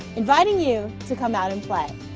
inviting you to come out and play.